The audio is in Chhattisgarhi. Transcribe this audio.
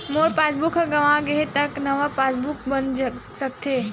मोर पासबुक ह गंवा गे हे त का नवा पास बुक बन सकथे?